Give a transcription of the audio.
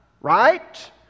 Right